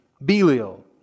Belial